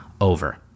over